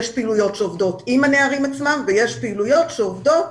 יש פעילויות שעובדות עם הנערים עצמם ויש פעילויות שעובדות